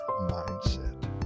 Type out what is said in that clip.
mindset